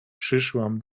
przyszłam